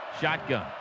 Shotgun